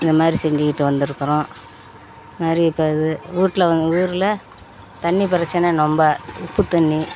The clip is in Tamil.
இந்த மாதிரி செஞ்சிகிட்டு வந்துருக்கிறோம் மாதிரி இப்போ இது வீட்டுல வந்து ஊரில் தண்ணி பிரச்சனை ரொம்ப உப்பு தண்ணி